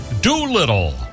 Doolittle